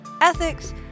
ethics